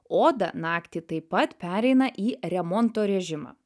oda naktį taip pat pereina į remonto režimą